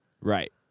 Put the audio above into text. right